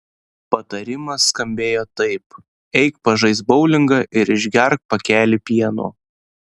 patarimas skambėjo taip eik pažaisk boulingą ir išgerk pakelį pieno